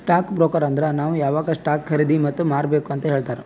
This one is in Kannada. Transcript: ಸ್ಟಾಕ್ ಬ್ರೋಕರ್ ಅಂದುರ್ ನಾವ್ ಯಾವಾಗ್ ಸ್ಟಾಕ್ ಖರ್ದಿ ಮತ್ ಮಾರ್ಬೇಕ್ ಅಂತ್ ಹೇಳ್ತಾರ